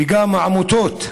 וגם את העמותות,